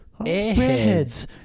Airheads